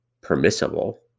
permissible